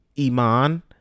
iman